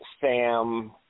Sam